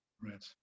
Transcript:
Right